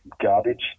garbage